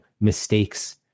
mistakes